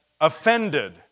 offended